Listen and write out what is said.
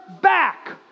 back